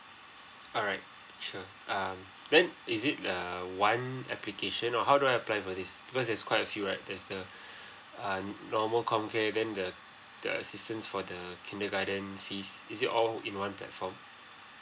alright sure um then is it err one application or how do I apply for this because there's quite a few right there's the err normal com care then the the assistance for the kindergarten fees is it all in one platform